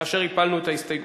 כאשר הפלנו את ההסתייגות.